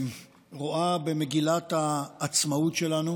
שרואה במגילת העצמאות שלנו